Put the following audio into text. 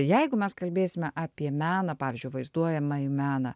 jeigu mes kalbėsime apie meną pavyzdžiui vaizduojamąjį meną